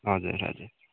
हजुर हजुर